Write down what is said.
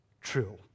true